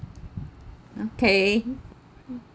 okay